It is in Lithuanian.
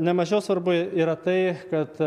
nemažiau svarbu yra tai kad